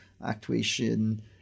actuation